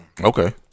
Okay